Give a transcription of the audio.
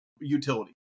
utility